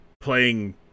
playing